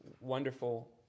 wonderful